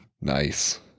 Nice